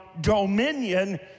dominion